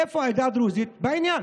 איפה העדה הדרוזית בעניין?